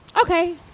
Okay